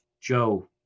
Joe